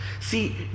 See